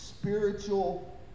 Spiritual